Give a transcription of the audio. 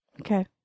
Okay